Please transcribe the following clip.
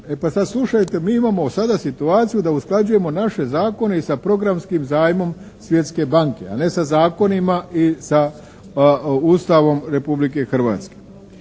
E pa sad slušajte, mi imamo sada situaciju da usklađujemo naše zakone i sa programskih zajmom Svjetske banke, a ne sa zakonima i sa Ustavom Republike Hrvatske.